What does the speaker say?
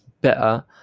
better